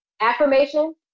Affirmation